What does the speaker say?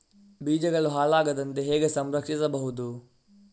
ಬೀಜಗಳು ಹಾಳಾಗದಂತೆ ಹೇಗೆ ಸಂರಕ್ಷಿಸಬಹುದು?